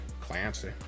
Clancy